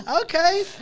Okay